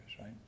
right